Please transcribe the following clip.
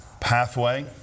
pathway